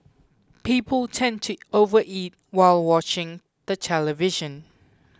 people tend to overeat while watching the television